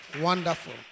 Wonderful